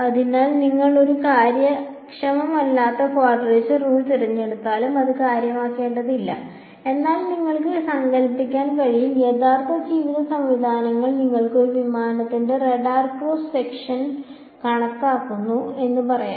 അതിനാൽ നിങ്ങൾ ഒരു കാര്യക്ഷമമല്ലാത്ത ക്വാഡ്രേച്ചർ റൂൾ തിരഞ്ഞെടുത്താലും അത് കാര്യമാക്കേണ്ടതില്ല എന്നാൽ നിങ്ങൾക്ക് സങ്കൽപ്പിക്കാൻ കഴിയും യഥാർത്ഥ ജീവിത സംവിധാനങ്ങൾ നിങ്ങൾ ഒരു വിമാനത്തിന്റെ റഡാർ ക്രോസ് സെക്ഷൻ കണക്കാക്കുന്നു എന്ന് പറയാം